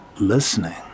listening